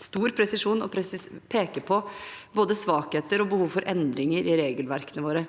stor presisjon å peke på både svakheter og behov for endringer i regelverkene våre.